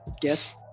guess